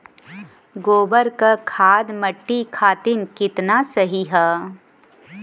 गोबर क खाद्य मट्टी खातिन कितना सही ह?